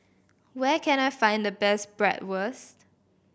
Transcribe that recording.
where can I find the best Bratwurst